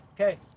okay